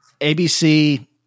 ABC